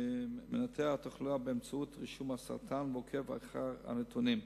מנטר את התחלואה באמצעות רישום הסרטן ועוקב אחר הנתונים.